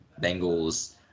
Bengals